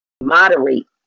moderate